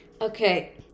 Okay